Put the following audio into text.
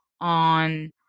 on